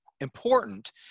important